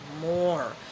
more